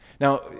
Now